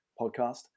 podcast